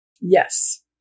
Yes